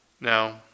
Now